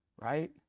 right